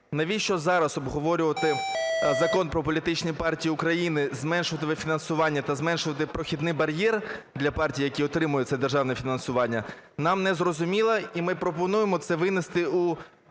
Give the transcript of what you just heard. Навіщо зараз обговорювати Закон про політичні партії України, зменшувати фінансування та зменшувати прохідний бар'єр для партій, які отримають це державне фінансування, нам незрозуміло. І ми пропонуємо це винести у